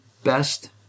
best